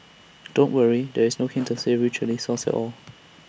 don't worry there is no hint to savoury Chilli sauce at all